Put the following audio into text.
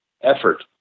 effort